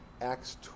Acts